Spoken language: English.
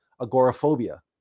agoraphobia